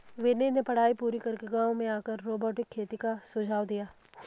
विनीत ने पढ़ाई पूरी करके गांव में आकर रोबोटिक खेती का सुझाव दिया